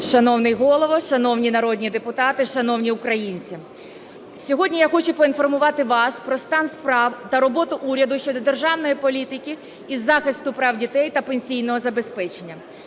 Шановний Голово, шановні народні депутати, шановні українці! Сьогодні я хочу поінформувати вас про стан справ та роботу уряду щодо державної політики із захисту прав дітей та пенсійного забезпечення.